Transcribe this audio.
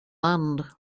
land